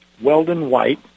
Weldon-White